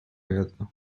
jedno